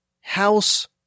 House